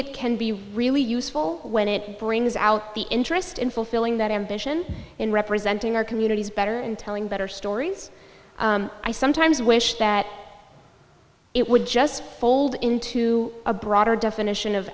it can be really useful when it brings out the interest in fulfilling that ambition in representing our communities better and telling better stories i sometimes wish that it would just fold into a broader definition of